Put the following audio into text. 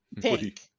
pink